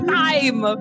time